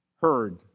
heard